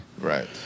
Right